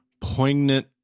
poignant